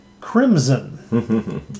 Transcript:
Crimson